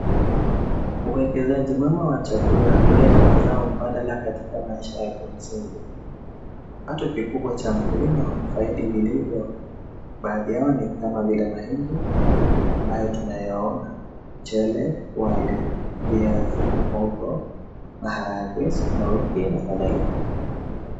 Uwekezaji mwema wa chakula huleta mazao mbadala katika maisha ya kimsingi, kipato kikubwa cha mkulima humfaidi vilivyo, baadhi yao ni kama vile mahindi ambayo tunayaona, mchele, wali, viazi, muhogo, maharagwe, sukumawiki na kadhalika.